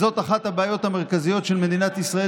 זאת אחת הבעיות המרכזיות של מדינת ישראל,